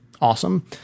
awesome